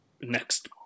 next